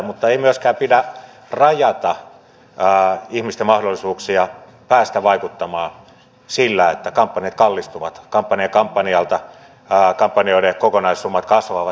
mutta ei myöskään pidä ihmisten mahdollisuuksia päästä vaikuttamaan rajata sillä että kampanjat kallistuvat kampanja kampanjalta kampanjoiden kokonaissummat kasvavat